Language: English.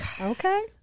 Okay